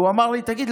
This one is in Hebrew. הוא אמר לי: תגיד,